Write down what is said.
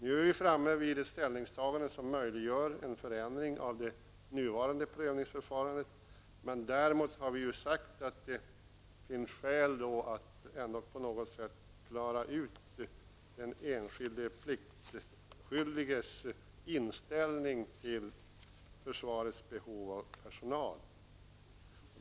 Nu är vi alltså framme vid ett ställningstagande som möjliggör en förändring av nuvarande prövningsförfarande. Men vi har sagt att det ändå finns skäl att klara ut den enskilde pliktskyldiges inställning till försvarets behov av personal.